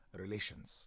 relations